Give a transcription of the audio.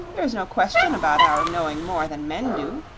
there is no question about our knowing more than men do,